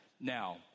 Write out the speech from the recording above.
now